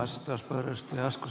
arvoisa puhemies